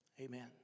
Amen